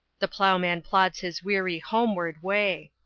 the ploughman plods his weary homeward way.